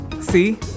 See